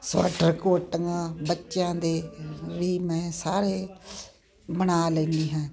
sweater ਕੋਟੀਆਂ ਬੱਚਿਆਂ ਦੇ ਵੀ ਮੈਂ ਸਾਰੇ ਬਣਾ ਲੈਂਦੀ ਹਾਂ